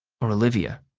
or olivia?